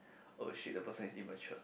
!oh shit! the person is immature